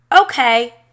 Okay